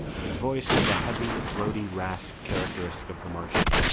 his voice had the heavy, throaty rasp characteristic of the martian.